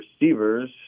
receivers